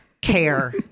care